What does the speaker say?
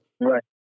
Right